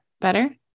better